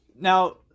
Now